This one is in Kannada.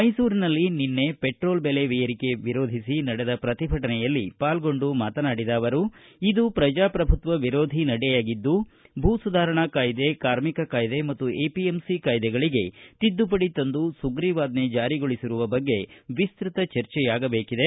ಮೈಸೂರಿನಲ್ಲಿ ನಿನ್ನೆ ಪೆಟ್ರೋಲ್ ಬೆಲೆ ಏರಿಕೆ ವಿರೋಧಿಸಿ ನಡೆದ ಪ್ರತಿಭಟನೆಯಲ್ಲಿ ಪಾಲ್ಗೊಂಡು ಮಾತನಾಡಿದ ಅವರು ಇದು ಪ್ರಜಾಪ್ರಭುತ್ವ ವಿರೋಧಿ ನಡೆಯಾಗಿದ್ದು ಭೂ ಸುಧಾರಣೆ ಕಾಯ್ದೆ ಕಾರ್ಮಿಕ ಕಾಯ್ದೆ ಮತ್ತು ಎಪಿಎಂಸಿ ಕಾಯ್ದೆಗಳಿಗೆ ತಿದ್ದುಪಡಿ ತಂದು ಸುಗ್ರೀವಾಜ್ಜೆ ಜಾರಿಗೊಳಿಸಿರುವ ಬಗ್ಗೆ ವಿಸ್ತತ ಚರ್ಚೆಯಾಗಬೇಕಿದೆ